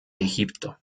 egipto